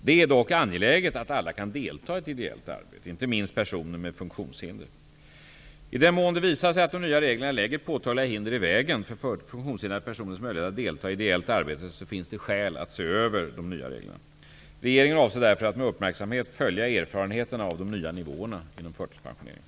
Det är dock angeläget att alla kan delta i ideellt arbete, inte minst personer med funktionshinder. I den mån det visar sig att de nya reglerna lägger påtagliga hinder i vägen för funktionshindrade personers möjligheter att delta i ideellt arbete, finns det skäl att se över de nya reglerna. Regeringen avser därför att med uppmärksamhet följa erfarenheterna av de nya nivåerna inom förtidspensioneringen.